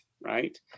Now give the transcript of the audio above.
Right